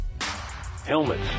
helmets